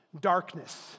darkness